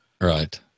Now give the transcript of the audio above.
right